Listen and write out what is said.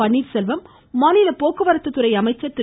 பன்னீர்செல்வம் மாநில போக்குவரத்துத்துறை அமைச்சர் திரு